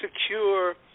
secure